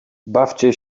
bawcie